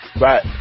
Right